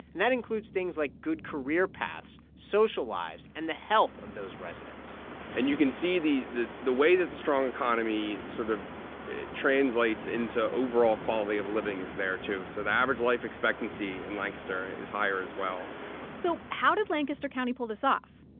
and that includes things like good career paths, social lives and the health of those residents and you can see the the way that the strong economy sort of translates into overall quality of living is there, too. so the average life expectancy in lancaster is higher, as well so how did lancaster county pull this off?